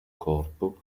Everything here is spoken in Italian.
corpo